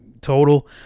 total